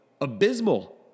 abysmal